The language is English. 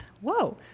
whoa